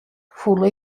foel